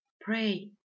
pray